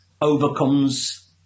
overcomes